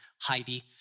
Heidi